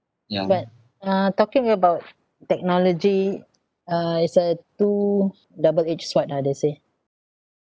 but uh talking about technology uh it's a two double edged sword ah they say